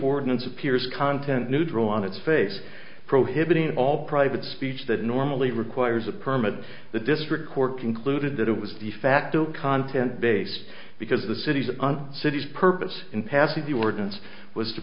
ordinance appears content neutral on its face prohibiting all private speech that normally requires a permit the district court concluded that it was de facto content based because the cities and cities purpose in passing the ordinance was to